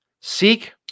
Seek